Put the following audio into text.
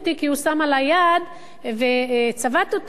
כי הוא שם עלי יד וצבט אותי,